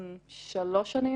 שלוש שנים,